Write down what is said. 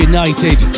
United